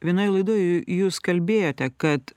vienoj laidoj jūs kalbėjote kad